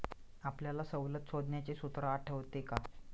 आपल्याला सवलत शोधण्याचे सूत्र आठवते का?